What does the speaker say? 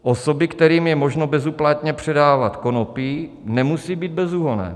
Osoby, kterým je možno bezúplatně předávat konopí, nemusí být bezúhonné?